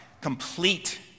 complete